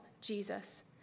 Jesus